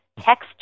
text